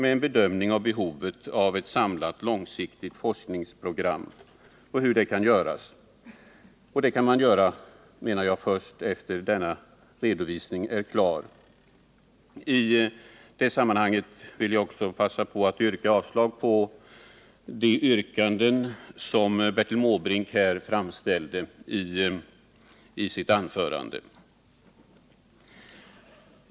En bedömning av behovet av ett samlat långsiktigt forskningsprogram kan göras först när denna redovisning är klar. I det sammanhanget vill jag också passa på att yrka avslag på de yrkanden som Bertil Måbrink framställde i sitt anförande.